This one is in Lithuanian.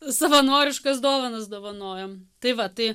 savanoriškas dovanas dovanojam tai va tai